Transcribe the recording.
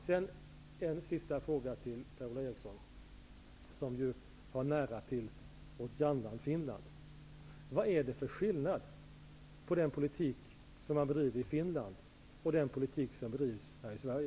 Vidare en sista fråga till Per-Ola Eriksson, som ju har nära till vårt grannland Finland: Vad är det för skillnad på den politik som man bedriver i Finland och den politik som bedrivs här i Sverige?